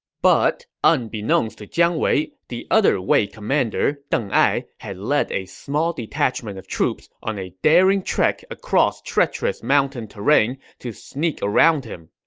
but unbeknownst to jiang wei, the other wei commander, deng ai, had led a small detachment of troops on a daring trek across treacherous mountain terrain to sneak around him.